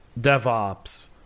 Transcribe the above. DevOps